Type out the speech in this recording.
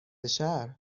شهر